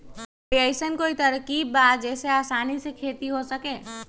कोई अइसन कोई तरकीब बा जेसे आसानी से खेती हो सके?